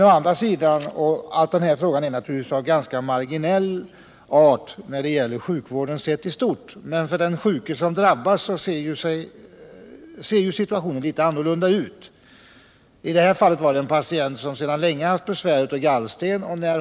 Denna fråga är naturligtvis av ganska marginell art när det gäller sjukvården sett i stort. Men för den sjuke som drabbas ser situationen litet annorlunda ut. I detta fall var det en patient som länge haft besvär av gallsten.